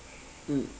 mm